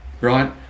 right